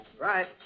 right